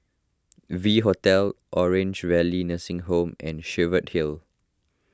V Hotel Orange Valley Nursing Home and Cheviot Hill